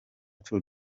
tour